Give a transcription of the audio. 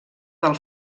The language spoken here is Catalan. del